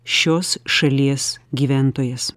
šios šalies gyventojas